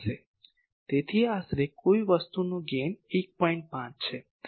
તેથી આશરે કોઈ વસ્તુનો ગેઇન 1